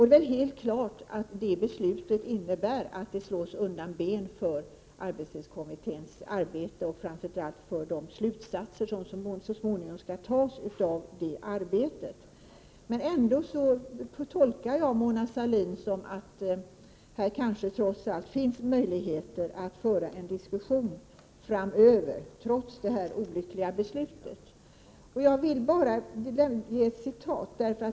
Det är helt klart att detta beslut slår undan benen för arbetstidskommitténs arbete och framför allt för de slutsatser som så småningom skall dras av det arbetet. Men ändå tolkar jag Mona Sahlins uttalande så att det kanske trots allt finns möjligheter att föra en diskussion framöver, trots det olyckliga beslutet om den sjätte semesterveckan.